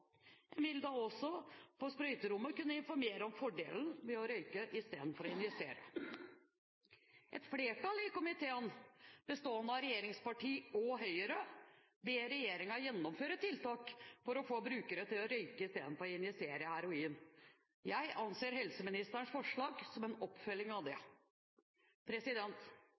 En vil da også på sprøyterommet kunne informere om fordelen ved å røyke i stedet for å injisere. Et flertall i komiteen, bestående av regjeringspartiene og Høyre, ber regjeringen gjennomføre tiltak for å få brukere til å røyke istedenfor å injisere heroin. Jeg anser helseministerens forslag som en oppfølging av